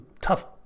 tough